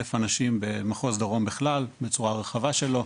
אנשים במחוז דרום בכלל בצורה הרחבה שלו,